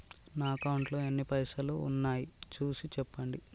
నా అకౌంట్లో ఎన్ని పైసలు ఉన్నాయి చూసి చెప్పండి?